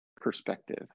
perspective